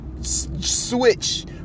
switch